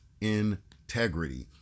integrity